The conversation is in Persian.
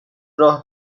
راه